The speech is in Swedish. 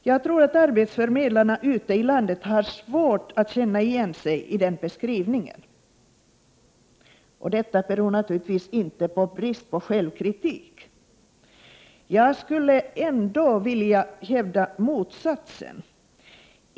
Jag tror att arbetsförmedlarna ute i landet har svårt att känna igen sig i den beskrivningen, vilket naturligtvis inte har sin orsak i brist på självkritik. Jag skulle vilja hävda motsatsen.